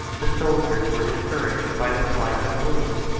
the soldiers were discouraged by the flight of william,